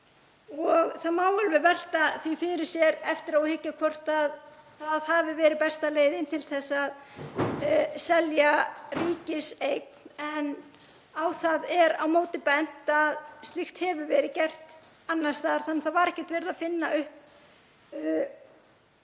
og það má alveg velta því fyrir sér eftir á að hyggja hvort það hafi verið besta leiðin til að selja ríkiseign. En á það er bent á á móti að slíkt hefur verið gert annars staðar þannig að það var ekkert verið að finna upp